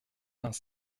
vingt